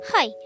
Hi